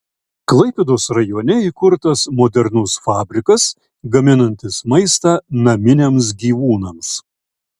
klaipėdos rajone įkurtas modernus fabrikas gaminantis maistą naminiams gyvūnams